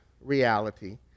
reality